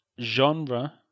genre